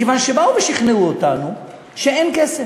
מכיוון שבאו ושכנעו אותנו שאין כסף,